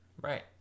Right